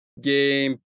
game